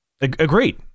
Agreed